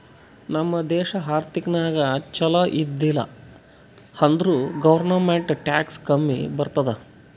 ನಮ್ ದೇಶ ಆರ್ಥಿಕ ನಾಗ್ ಛಲೋ ಇದ್ದಿಲ ಅಂದುರ್ ಗೌರ್ಮೆಂಟ್ಗ್ ಟ್ಯಾಕ್ಸ್ ಕಮ್ಮಿ ಬರ್ತುದ್